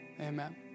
Amen